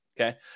Okay